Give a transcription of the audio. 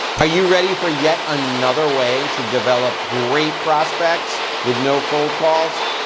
are you ready for yet another way to develop great prospects with no cold calls?